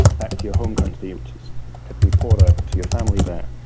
back to your home country, which is typically poorer, but to your family there,